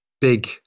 big